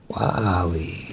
Wally